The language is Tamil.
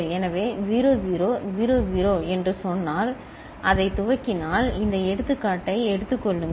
எனவே 0 0 0 0 என்று சொன்னால் அதைத் துவக்கினால் இந்த எடுத்துக்காட்டை எடுத்துக் கொள்ளுங்கள்